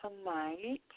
tonight